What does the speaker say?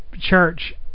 church